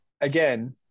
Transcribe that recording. again